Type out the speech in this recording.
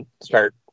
start